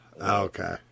Okay